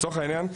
לצורך העניין,